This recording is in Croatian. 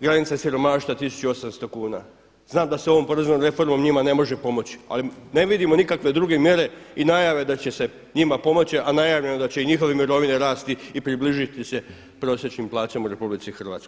granica siromaštva 1800 kuna, znam da se ovom poreznom reformom njima ne može pomoći ali ne vidimo nikakve druge mjere i najave da će se njima pomoći a najavljeno je da će i njihove mirovine rasti i približiti se prosječnim plaćama u RH.